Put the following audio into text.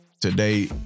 today